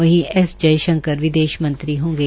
वही एस जयशंकर विदेश मंत्री होंगे